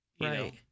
Right